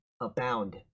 abound